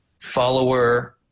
follower